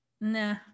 Nah